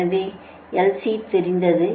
எனவே L C தெரிந்தது